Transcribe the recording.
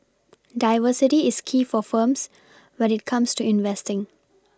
diversity is key for firms when it comes to investing